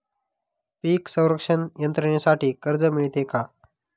पीक संरक्षण यंत्रणेसाठी कर्ज मिळते का?